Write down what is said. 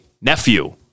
nephew